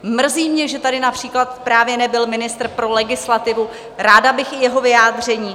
Mrzí mě, že tady například právě nebyl ministr pro legislativu, ráda bych i jeho vyjádření.